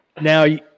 Now